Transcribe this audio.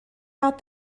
out